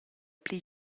pli